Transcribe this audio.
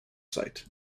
site